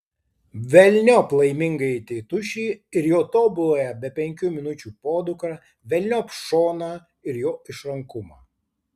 velniop laimingąjį tėtušį ir jo tobuląją be penkių minučių podukrą velniop šoną ir jo išrankumą